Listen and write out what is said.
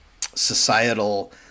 societal